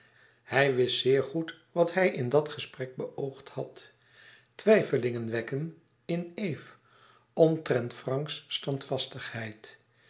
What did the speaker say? hij wist zeer goed wat hij in dat gesprek beoogd had twijfelingen wekken in eve omtrent franks